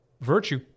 virtue